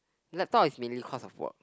laptop is mainly cause of work